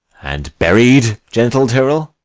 and buried, gentle tyrrel?